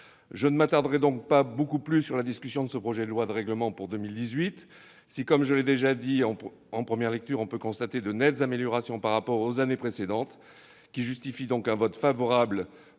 Je ne m'attarderai donc pas beaucoup plus sur la discussion de ce projet de loi de règlement pour 2018. Si, comme je l'ai déjà dit en première lecture, on peut constater de nettes améliorations par rapport aux années précédentes, qui justifient donc un vote favorable d'une majorité des membres de notre